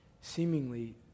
seemingly